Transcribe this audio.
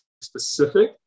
specific